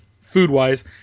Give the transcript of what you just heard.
food-wise